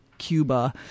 cuba